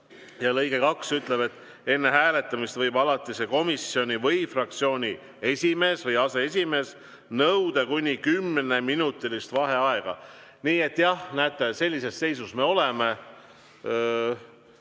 Lõige 2 ütleb, et enne hääletamist võib alatise komisjoni või fraktsiooni esimees või aseesimees nõuda kuni kümneminutilist vaheaega. Nii et jah, näete, sellises seisus me oleme.